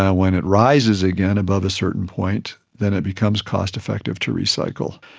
ah when it rises again above a certain point then it becomes cost effective to recycle.